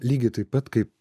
lygiai taip pat kaip